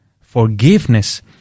forgiveness